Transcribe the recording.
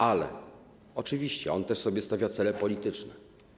Ale oczywiście on też sobie stawia cele polityczne.